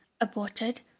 aborted